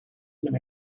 been